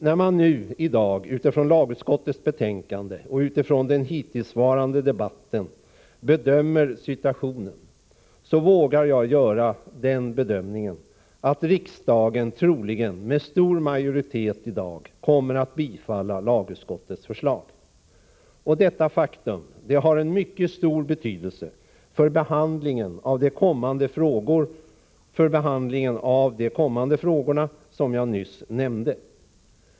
När man nu, med utgångspunkt i lagutskottets betänkande och den hittillsvarande debatten, bedömer situationen vågar jag påstå att riksdagen troligen med stor majoritet i dag kommer att bifalla lagutskottets förslag. Detta faktum har en mycket stor betydelse för behandlingen av de kommande frågorna, som jag nyss nämnde.